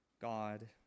God